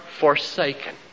forsaken